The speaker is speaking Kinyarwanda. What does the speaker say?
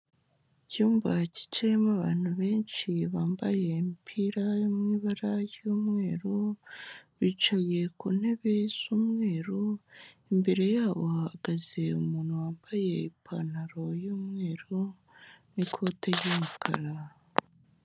Icyumba cyicayemo abantu benshi bambaye imipira yo mu ibara ry'umweru, bicaye ku ntebe z'umweru, imbere yabo hahagaze umuntu wambaye ipantaro y'umweru n'ikote ry'umukara.